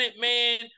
man